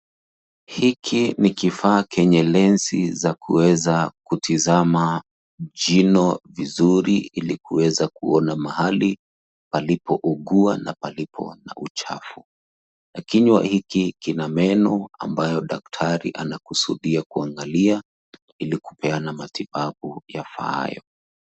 Hiki ni kifaa chenye lenzi za kuweza kutazama jino vizuri, ili kuweza kuona mahali, palipo ugua, na palipo na uchafu, na kinywa hiki kina meno ambayo daktari, anakusudia kuangalia, ili kupeana matibabu yafaayo.